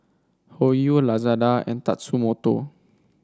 Hoyu Lazada and Tatsumoto